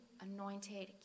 anointed